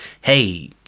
hey—